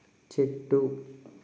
చెట్టు